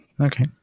okay